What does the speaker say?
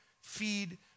feed